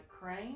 crane